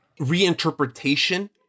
reinterpretation